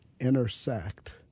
intersect